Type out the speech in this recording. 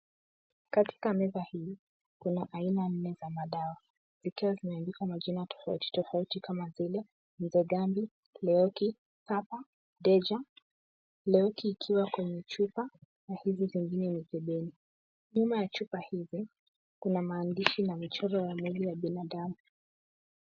Katika meza hii, kuna aina nne za madawa, zikiwa zimeandikwa majina tofauti tofauti kama vile Mzee Gambi, Leoki, Papa, Deja. Leoki ikiwa kwenye chupa, na hizi zingine mikebeni. Nyuma ya chupa hizi kuna maandishi na michoro ya mwili ya binadamu.